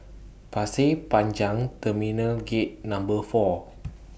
Pasir Panjang Terminal Gate Number four